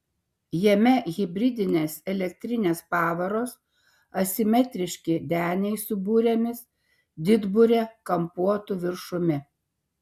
jame hibridinės elektrinės pavaros asimetriški deniai su burėmis didburė kampuotu viršumi